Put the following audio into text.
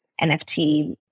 NFT